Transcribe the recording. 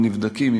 הדברים גם נבדקים.